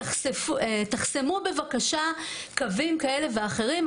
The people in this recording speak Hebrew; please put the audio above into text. תחסמו בבקשה קווים כאלה ואחרים,